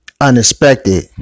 unexpected